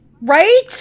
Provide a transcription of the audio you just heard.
right